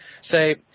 say